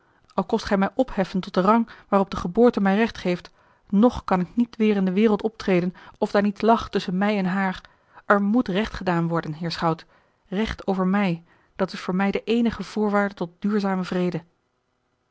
al kost gij mij opheffen tot den rang waarop de geboorte mij recht geeft ng kan ik niet weêr in de wereld optreden of daar niets lag tusschen mij en haar er moet recht gedaan worden heer schout recht over mij a l g bosboom-toussaint de delftsche wonderdokter eel dat is voor mij de eenige voorwaarde tot duurzame vrede